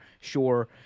Sure